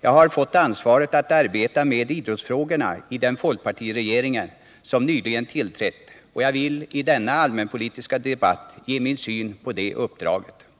Jag har fått ansvaret för att arbeta med idrottsfrågorna i den folkpartiregering som nyligen tillträtt, och jag vill i denna allmänpolitiska debatt ge min syn på det uppdraget.